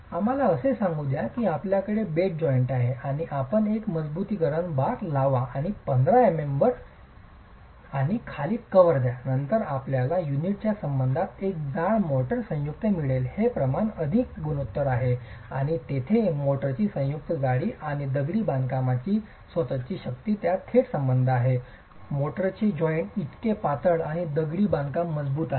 आम्हाला असे सांगू द्या की आपल्याकडे बेड जॉईंट आहे आणि आपण एक मजबुतीकरण बार लावा आणि 15 mm वर आणि खाली कव्हर द्या नंतर आपल्याला युनिटच्या संबंधात एक जाड मोर्टार संयुक्त मिळेल हे प्रमाण एक गंभीर गुणोत्तर आहे आणि तेथे मोर्टार संयुक्तची जाडी आणि दगडी बांधकामची स्वतःची शक्ती यांच्यात थेट संबंध आहे मोर्टारचे जॉइंट इतके पातळ आणि दगडी बांधकाम मजबूत आहे